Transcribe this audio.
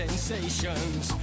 Sensations